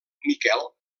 miquel